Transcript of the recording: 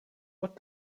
what